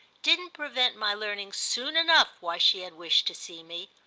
didn't prevent my learning soon enough why she had wished to see me.